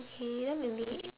okay then maybe